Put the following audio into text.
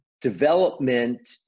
development